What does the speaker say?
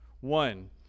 One